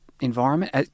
Environment